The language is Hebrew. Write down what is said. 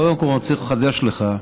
קודם כול, אני רוצה לחדש לך,